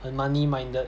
很 money minded